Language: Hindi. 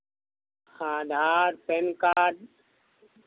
Aadhaar PAN card